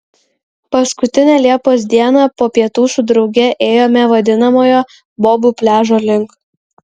paskutinę liepos dieną po pietų su drauge ėjome vadinamojo bobų pliažo link